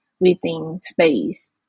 within-space